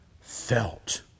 felt